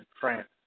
France